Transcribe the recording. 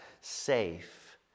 safe